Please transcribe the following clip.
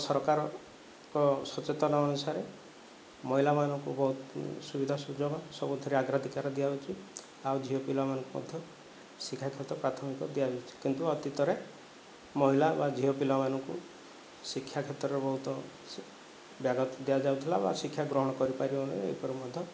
ସରକାରଙ୍କ ସଚେତନ ଅନୁସାରେ ମହିଲାମାନଙ୍କୁ ବହୁତ ସୁବିଧା ସୁଯୋଗ ସବୁଥିରେ ଅଗ୍ରାଧିକାର ଦିଆହେଉଛି ଆଉ ଝିଅ ପିଲାମାନଙ୍କୁ ମଧ୍ୟ ଶିକ୍ଷାଗତ ପ୍ରାଥମିକ ଦିଆଯାଉଛି କିନ୍ତୁ ଅତୀତରେ ମହିଳା ବା ଝିଅ ପିଲାମାନଙ୍କୁ ଶିକ୍ଷାକ୍ଷେତ୍ରରେ ବହୁତ ସେ ବ୍ୟାଘାତ ଦିଆଯାଉଥିଲା ବା ଶିକ୍ଷା ଗ୍ରହଣ କରିପାରିବନି ଏହିପରି ମଧ୍ୟ